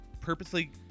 purposely